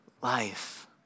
life